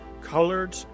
colored